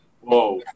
Whoa